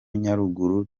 nyaruguru